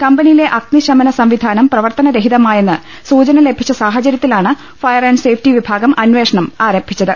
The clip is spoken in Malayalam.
കമ്പനിയിലെ അഗ്നിശമന സംവിധാന്ംപ്രവർത്തന രഹിതമാണെന്ന് സൂചന ലഭിച്ച സാഹചരൃത്തിലണ് ഫയർ ആന്റ് സേഫ്റ്റി വിഭാഗം അന്വേഷണം ആരംഭിച്ചത്